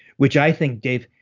which i think, dave,